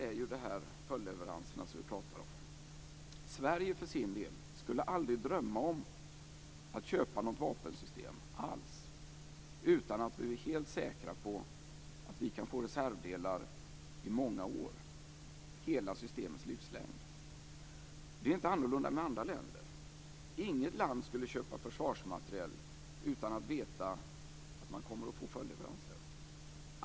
När det gäller följdleveranserna skulle Sverige för sin del aldrig drömma om att köpa något vapensystem alls utan att vi vore helt säkra på att vi kunde få reservdelar i många år, under hela systemets livslängd. Det är ju inte annorlunda för andra länder. Inget land skulle köpa försvarsmateriel utan att veta att man kommer att få följdleveranser.